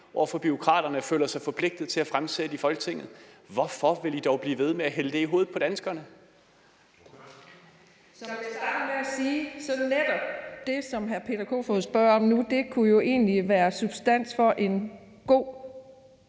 overfor bureaukraterne føler sig forpligtet til at fremsætte i Folketinget. Hvorfor vil I dog blive ved med at hælde det i hovedet på danskerne?